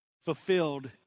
fulfilled